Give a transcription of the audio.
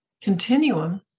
continuum